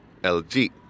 LG